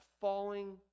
falling